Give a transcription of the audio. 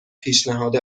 پیشنهاد